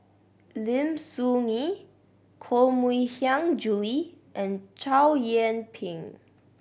Lim Soo Ngee Koh Mui Hiang Julie and Chow Yian Ping